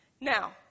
Now